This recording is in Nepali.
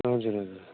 हजुर हजुर